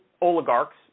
oligarchs